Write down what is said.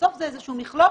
בסוף זה איזשהו מכלול